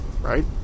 right